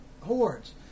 horde's